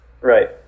Right